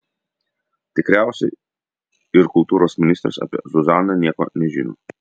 tikriausiai ir kultūros ministras apie zuzaną nieko nežino